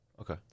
okay